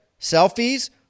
selfies